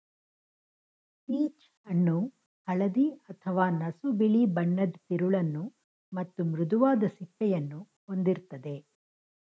peach ಹಣ್ಣು ಹಳದಿ ಅಥವಾ ನಸುಬಿಳಿ ಬಣ್ಣದ್ ತಿರುಳನ್ನು ಮತ್ತು ಮೃದುವಾದ ಸಿಪ್ಪೆಯನ್ನು ಹೊಂದಿರ್ತದೆ